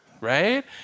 right